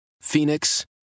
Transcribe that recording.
Phoenix